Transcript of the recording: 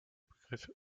begriff